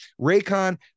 raycon